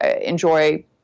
enjoy